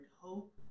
hope